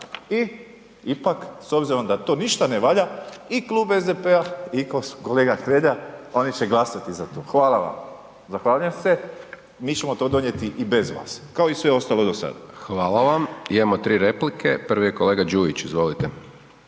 i ipak s obzirom da to ništa ne valja i Klub SDP-a i kolega Hrelja oni će glasati za to. Hvala vam. Zahvaljujem se, mi ćemo to donijeti i bez vas kao i sve ostalo do sad. **Hajdaš Dončić, Siniša (SDP)** Hvala vam. Imamo 3 replike, prvi je kolega Đujić, izvolite.